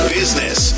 business